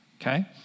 okay